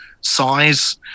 size